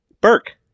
Burke